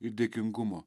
ir dėkingumo